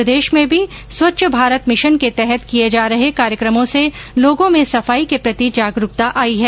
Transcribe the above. प्रदेश में भी स्वच्छ भारत मिशन के तहत किये जा रहे कार्यक्रमों से लोगों में सफाई के प्रति जागरुकता आई है